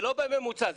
לא בממוצע.